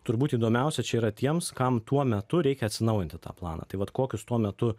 turbūt įdomiausia čia yra tiems kam tuo metu reikia atsinaujinti tą planą tai vat kokius tuo metu